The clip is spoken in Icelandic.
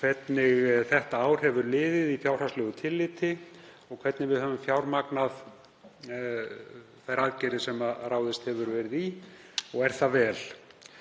hvernig þetta ár hefur liðið í fjárhagslegu tilliti og hvernig við höfum fjármagnað þær aðgerðir sem ráðist hefur verið í og er það vel.